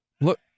look